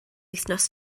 wythnos